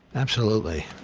absolutely.